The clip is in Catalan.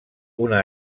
una